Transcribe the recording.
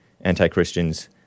anti-Christians